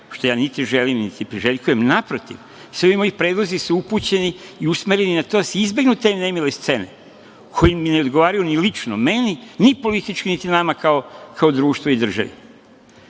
što ja niti želim niti priželjkujem, naprotiv. Svi ovi moji predlozi su usmereni i upućeni na to da se izbegnu te nemile scene, koje mi ne odgovaraju ni lično meni, ni politički, niti nama kao društvu i državi. Znam